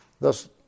thus